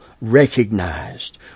recognized